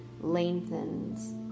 lengthens